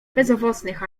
bezowocnych